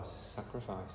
Sacrifice